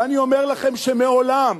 ואני אומר לכם שמעולם,